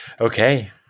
Okay